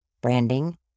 branding